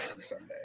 Sunday